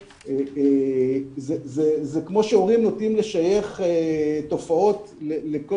זה כמו שהורים נוטים לשייך תופעות לכל